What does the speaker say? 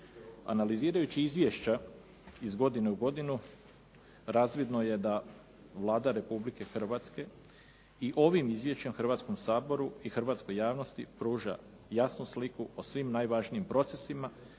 Analizirajući izvješća iz godine u godinu razvidno je da Vlada Republike Hrvatske i ovim izvješćem Hrvatskom saboru i hrvatskoj javnosti pruža jasnu sliku o svim najvažnijim procesima